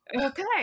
okay